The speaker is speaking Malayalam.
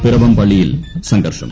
പിറവം പള്ളിയിൽ സംഘർഷം